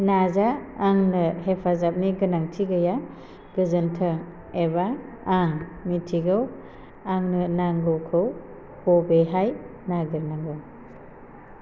नाजा आंनो हेफाजाबनि गोनांथि गैया गोजोन्थों एबा आं मिथिगौ आंनो नांगौखौ बबेहाय नागिरनांगौ